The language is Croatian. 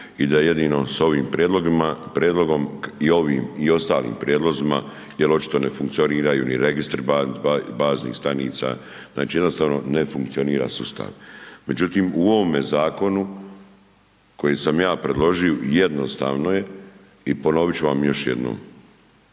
i da jedino s ovim prijedlogom i ovim ostalim prijedlozima jer očito ne funkcioniraju ni Registri baznih stanica, znači jednostavno ne funkcionira sustav. Međutim, u ovome zakonu koji sam ja predložio, jednostavno je i ponovit ću vam još jednom.